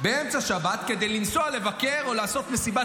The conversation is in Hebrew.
באמצע שבת כדי לנסוע לבקר או לעשות מסיבת